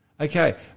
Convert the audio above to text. Okay